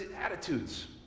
attitudes